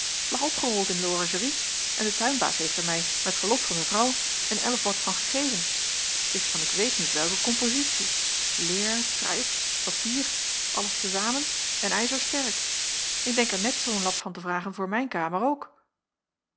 lag opgerold in de oranjerie en de tuinbaas heeft er mij met verlof van mevrouw een el of wat van gegeven t is van ik weet niet welke kompositie leêr trijp papier alles te zamen en ijzersterk ik denk er net zoo'n lap van te vragen voor mijn kamer ook